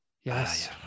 Yes